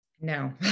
No